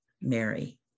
Mary